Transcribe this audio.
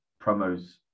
promos